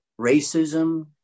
racism